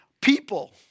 people